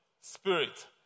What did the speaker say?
Spirit